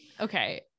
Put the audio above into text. okay